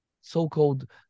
so-called